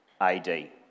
AD